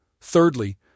Thirdly